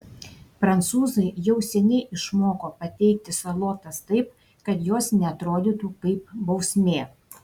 prancūzai jau seniai išmoko pateikti salotas taip kad jos neatrodytų kaip bausmė